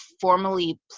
formally